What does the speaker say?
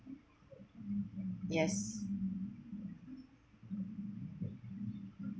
yes